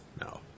No